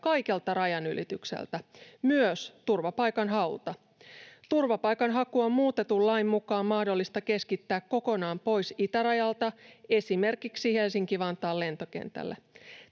kaikelta rajanylitykseltä, myös turvapaikanhaulta. Turvapaikanhaku on muutetun lain mukaan mahdollista keskittää kokonaan pois itärajalta esimerkiksi Helsinki-Vantaan lentokentälle.